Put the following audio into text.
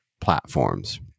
platforms